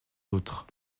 autres